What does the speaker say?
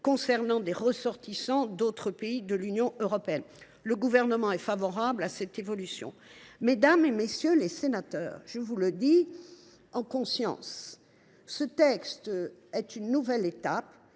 candidats ressortissants d’autres pays de l’Union européenne. Le Gouvernement est favorable aux évolutions proposées. Mesdames, messieurs les sénateurs, je le dis en conscience : ce texte est une nouvelle étape